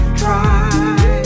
try